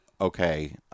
okay